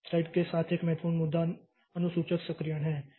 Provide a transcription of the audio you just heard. thread के साथ एक और महत्वपूर्ण मुद्दा अनुसूचक सक्रियण है